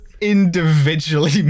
Individually